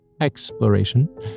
exploration